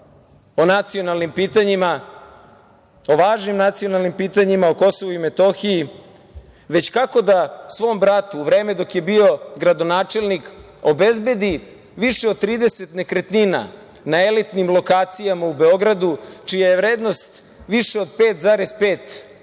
nije razmišljao o važnim nacionalnim pitanjima, o Kosovu i Metohiji, već kako da svom bratu u vreme dok je bio gradonačelnik obezbedi više od 30 nekretnina na elitnim lokacijama u Beogradu, čija je vrednost više od 5,5